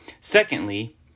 Secondly